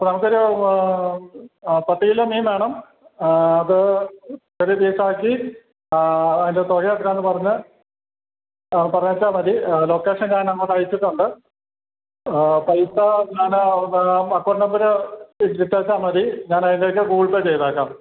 അപ്പം നമുക്കൊരു പത്ത് കിലോ മീൻ വേണം അത് ചെറിയ പീസാക്കി അതിൻ്റെ തുക എത്ര ആണെന്ന് പറഞ്ഞാൽ പറഞ്ഞേച്ചാൽ മതി ലൊക്കേഷൻ ഞാൻ അങ്ങോട്ട് അയച്ചിട്ടുണ്ട് പൈസ ഞാൻ അക്കൗണ്ട് നമ്പർ ഇട്ടേച്ചാൽ മതി ഞാൻ അതിലേക്ക് ഗൂഗിൾ പേ ചെയ്തേക്കാം